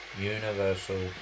Universal